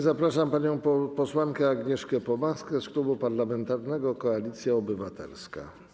Zapraszam panią posłankę Agnieszkę Pomaską z Klubu Parlamentarnego Koalicja Obywatelska.